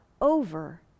over